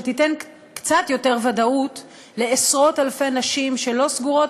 שתיתן קצת יותר ודאות לעשרות אלפי נשים שלא סגורות